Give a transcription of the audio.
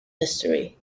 history